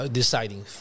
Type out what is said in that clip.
deciding